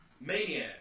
Maniac